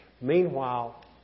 Meanwhile